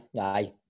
aye